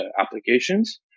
applications